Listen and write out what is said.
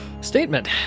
statement